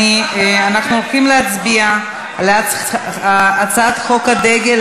אנחנו הולכים להצביע על הצעת חוק הדגל,